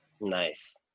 Nice